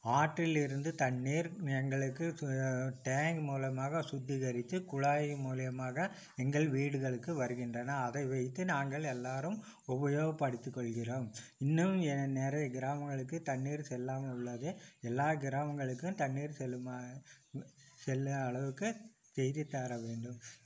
ஆற்றிலிருந்து தண்ணீர் எங்களுக்கு டேங்க் மூலமாக சுத்திகரித்து குழாய் மூலியமாக எங்கள் வீடுகளுக்கு வருகின்றன அதை வைத்து நாங்கள் எல்லாரும் உபயோகப்படுத்தி கொள்கிறோம் இன்னும் நிறைய கிராமங்களுக்கு தண்ணீர் செல்லாமல் உள்ளது எல்லா கிராமங்களுக்கும் தண்ணீர் செல்லும் செல்ல அளவுக்கு செய்து தர வேண்டும்